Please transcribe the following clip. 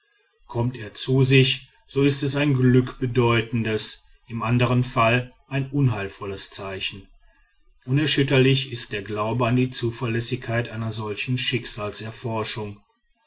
kommt er zu sich so ist es ein glückbedeutendes im andern fall ein unheilvolles zeichen unerschütterlich ist der glaube an die zuverlässigkeit einer solchen